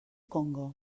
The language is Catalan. congo